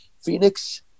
Phoenix